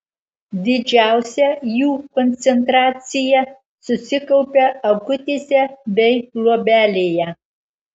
didžiausia jų koncentracija susikaupia akutėse bei luobelėje